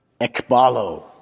ekbalo